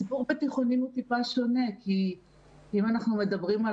הסיפור בתיכונים הוא טיפה שונה כי אם אנחנו מדברים על